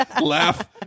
laugh